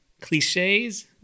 cliches